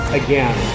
again